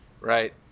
Right